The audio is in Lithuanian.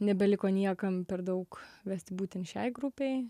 nebeliko niekam per daug vesti būtent šiai grupei